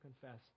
confess